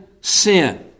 sin